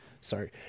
sorry